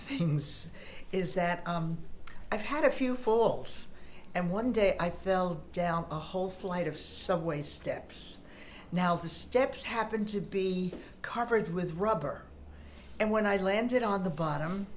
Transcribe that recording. ings is that i've had a few falls and one day i fell down a whole flight of subway steps now the steps happened to be covered with rubber and when i landed on the